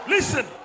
Listen